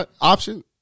option